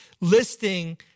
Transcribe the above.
listing